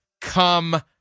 come